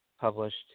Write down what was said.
published